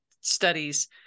studies